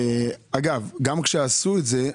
גם כשעשו את זה,